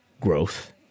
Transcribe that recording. growth